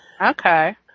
Okay